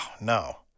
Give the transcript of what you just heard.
no